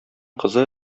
кызы